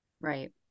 Right